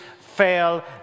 fail